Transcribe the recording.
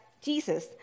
Jesus